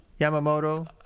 Yamamoto